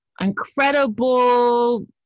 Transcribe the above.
incredible